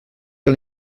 que